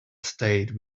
stayed